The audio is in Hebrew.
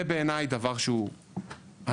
זה בעיניי דבר הזוי.